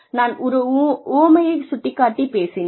நான் ஒரு உவமையைச் சுட்டிக் காட்டி பேசினேன்